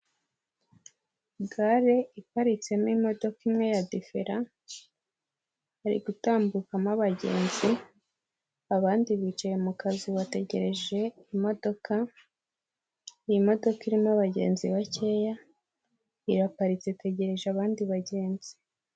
Gare iparitsemo imodoka imwe ya difera hari gutambukamo abagenzi abandi bicaye mu kazu bategereje imodoka, iyi modoka irimo abagenzi bakeya iraparitse itegereje abandi bagenzi.